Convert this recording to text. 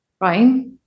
Right